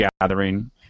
gathering